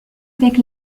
avec